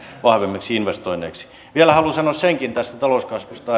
vahvemmiksi investoinneiksi vielä haluan sanoa senkin tästä talouskasvusta